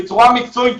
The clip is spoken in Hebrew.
בצורה מקצועית,